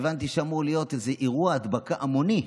הבנתי שהיום בערב אמור להיות איזה אירוע הדבקה המוני.